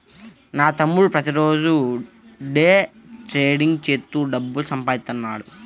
నా తమ్ముడు ప్రతిరోజూ డే ట్రేడింగ్ చేత్తూ డబ్బులు సంపాదిత్తన్నాడు